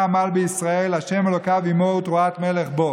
עמל בישראל ה' אלהיו עמו ותרועת מלך בו".